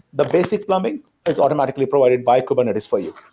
the basic plumbing is automatically provided by kubernetes for you.